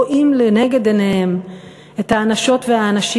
אילו רק אנשי הממשלה היו רואים לנגד עיניהם את האנשות והאנשים,